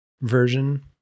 version